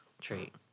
trait